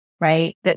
right